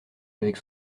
avec